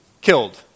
killed